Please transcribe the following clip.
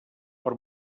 per